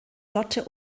lotte